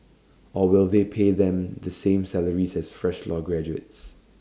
or will they pay them the same salaries as fresh law graduates